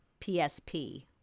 PSP